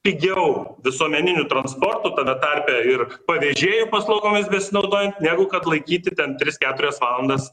pigiau visuomeniniu transportu tame tarpe ir pavėžėjų paslaugomis besinaudojant negu kad laikyti ten tris keturias valandas